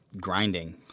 grinding